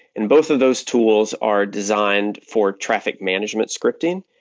and both of those tools are designed for traffic management scripting.